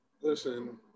listen